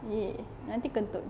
!ee! nanti kentut